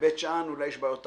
בבית-שאן אולי יש בעיות תחבורה,